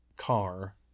car